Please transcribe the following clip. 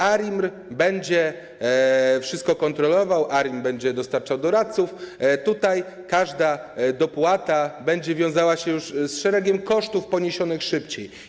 ARiMR będzie wszystko kontrolował, ARiMR będzie dostarczał doradców -każda dopłata będzie wiązała się z szeregiem kosztów poniesionych szybciej.